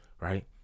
right